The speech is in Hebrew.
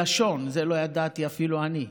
וללשון, את זה לא ידעתי אפילו אני,